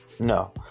no